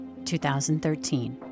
2013